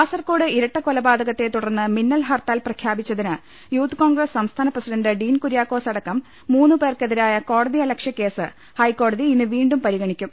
കാസർകോട് ഇരട്ടകൊലപാത്കത്തെ തുടർന്ന് മിന്നൽ ഹർത്താൽ പ്രഖ്യാപിച്ചതിന് യൂത്ത് കോൺഗ്രസ് സംസ്ഥാന പ്രസിഡന്റ് ഡീൻ കുര്യാ ക്കോസ് അടക്കം മൂന്ന്പേർക്കെതിരായ കോടതിയലക്ഷ്യകേസ് ഹൈക്കോ ടതി ഇന്ന് വീണ്ടും പരിഗ്ണിക്കും